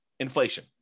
Inflation